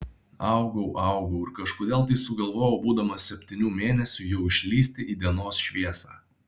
augau augau ir kažkodėl tai sugalvojau būdamas septynių mėnesių jau išlįsti į dienos šviesą